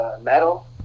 Metal